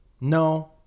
no